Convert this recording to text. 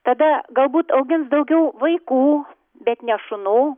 tada galbūt augins daugiau vaikų bet ne šunų